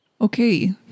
Okay